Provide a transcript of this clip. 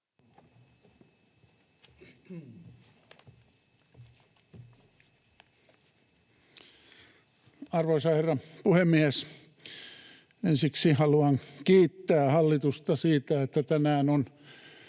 Arvoisa herra puhemies! Ensiksi haluan kiittää hallitusta siitä, että tänään on